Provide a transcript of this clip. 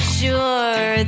sure